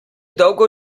dolgo